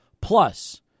plus